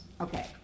Okay